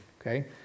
okay